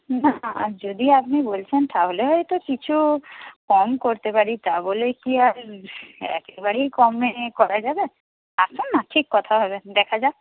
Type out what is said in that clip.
না যদি আপনি বলছেন তাহলে হয়তো কিছু কম করতে পারি তা বলে কি আর একেবারেই কমে করা যাবে আসুন না ঠিক কথা হবে দেখা যাক